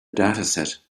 dataset